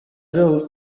ari